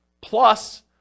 plus